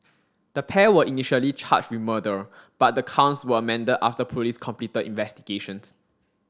the pair were initially charged with murder but the counts were amended after police completed investigations